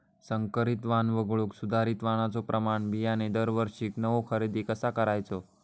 संकरित वाण वगळुक सुधारित वाणाचो प्रमाण बियाणे दरवर्षीक नवो खरेदी कसा करायचो?